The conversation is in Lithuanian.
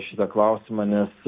šitą klausimą nes